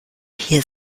hier